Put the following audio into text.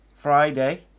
friday